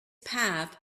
path